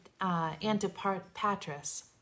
Antipatris